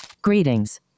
Greetings